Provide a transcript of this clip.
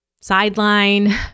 sideline